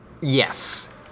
Yes